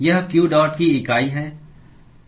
यह q dot की इकाई है